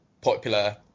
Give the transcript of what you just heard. popular